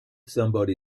somebody